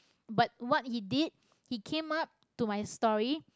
but what he did he came up to my story